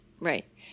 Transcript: Right